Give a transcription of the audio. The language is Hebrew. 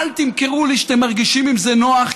אל תמכרו לי שאתם מרגישים עם זה נוח,